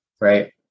right